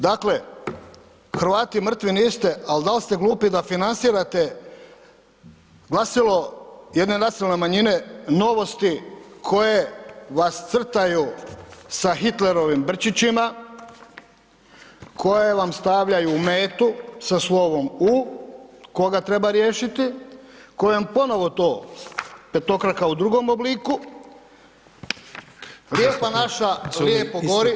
Dakle, Hrvati, mrtvi niste, ali da li ste glupi da financirate glasilo jedne nacionalne manjine Novosti koje vas crtaju sa Hitlerovima brčićima, koje vam stavljaju metu sa slovom U, koga treba riješiti, kojom ponovo to petokraka u drugom obliku, [[Upadica: Zastupnik Culej.]] Lijepa naša lijepo gori